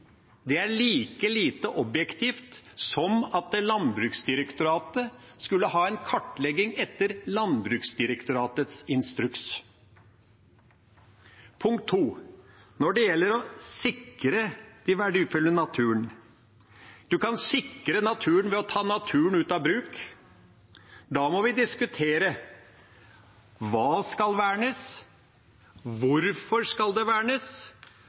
Det er like lite objektivt som at Landbruksdirektoratet skulle ha en kartlegging etter Landbruksdirektoratets instruks. Punkt 2, når det gjelder å sikre den verdifulle naturen: En kan sikre naturen ved å ta naturen ut av bruk. Da må vi diskutere: Hva skal vernes? Hvorfor skal det vernes?